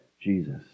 Jesus